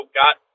got